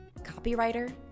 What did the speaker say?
copywriter